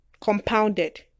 compounded